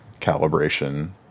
calibration